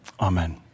Amen